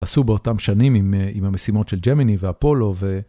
עשו באותם שנים עם המשימות של ג'מיני והפולו.